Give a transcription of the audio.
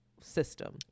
system